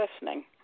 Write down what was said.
listening